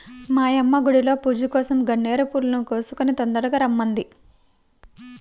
మా యమ్మ గుడిలో పూజకోసరం గన్నేరు పూలను కోసుకొని తొందరగా రమ్మంది